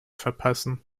verpassen